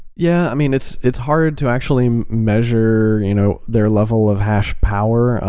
yeah. i mean, it's it's hard to actually measure you know their level of hash power,